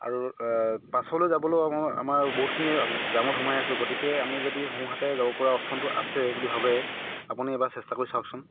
আৰু পাছলৈ যাবলৈও আমি আমাৰ বহুতখিনি জামত সোমাই আছো গতিকে আমি যদি সোঁহাতে যাব পৰা অপছ্নটো আছে বুলি ভাবে আপুনি এবাৰ চেষ্টা কৰি চাওকচোন